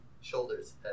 shoulders